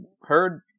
heard